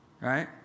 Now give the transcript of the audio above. Right